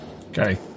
Okay